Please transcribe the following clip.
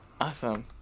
Awesome